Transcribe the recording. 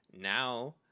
Now